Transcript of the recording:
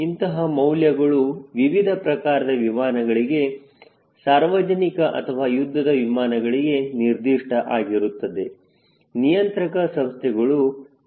ಇಂತಹ ಮೌಲ್ಯಗಳು ವಿವಿಧ ಪ್ರಕಾರದ ವಿಮಾನಗಳಿಗೆ ಸಾರ್ವಜನಿಕ ಅಥವಾ ಯುದ್ಧದ ವಿಮಾನಗಳಿಗೆ ನಿರ್ದಿಷ್ಟ ಆಗಿರುತ್ತದೆ ನಿಯಂತ್ರಕ ಸಂಸ್ಥೆಗಳು ಇದರ ಮಾರ್ಗದರ್ಶನವನ್ನು ನೀಡುತ್ತದೆ